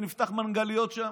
ונפתח מנגליות שם?